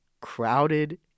crowded